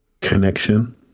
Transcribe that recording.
connection